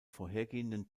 vorhergehenden